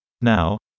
Now